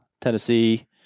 Tennessee